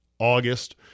August